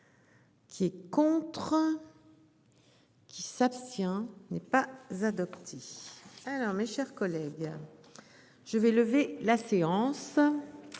Qui est contre. Qui s'abstient n'est pas adopté. Alors, mes chers collègues. Je vais lever la séance.